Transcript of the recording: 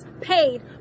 paid